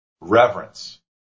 reverence